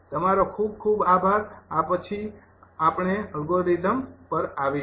તમારો ખૂબ ખૂબ આભાર આ પછી અમે અલ્ગોરિધમ પર આવીશું